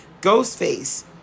ghostface